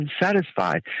unsatisfied